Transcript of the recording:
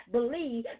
believe